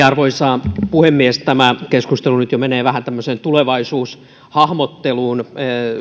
arvoisa puhemies tämä keskustelu nyt jo menee vähän tämmöiseen tulevaisuushahmotteluun